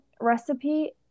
recipe